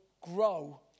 grow